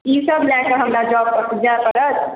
ईसभ लए कऽ हमरा जाय परत